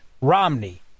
Romney